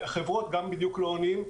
בחברות גם לא עונים.